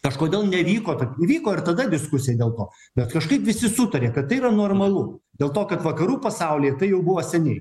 kažkodėl nevyko tai vyko ir tada diskusija dėl ko bet kažkaip visi sutarė kad tai yra normalu dėl to kad vakarų pasaulyje tai jau buvo seniai